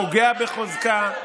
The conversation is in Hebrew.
פוגע בחוזקה,